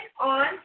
on